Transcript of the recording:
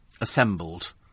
assembled